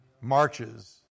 Marches